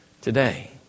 today